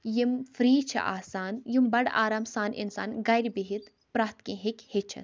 یِم فرٛی چھِ آسان یِم بَڑٕ آرام سان اِنسان گَرِ بِہِتھ پرٛٮ۪تھ کینٛہہ ہیٚکہِ ہیٚچھِتھ